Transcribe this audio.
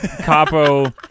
Capo